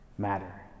matter